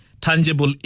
tangible